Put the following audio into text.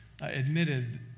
admitted